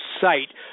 site